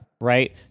Right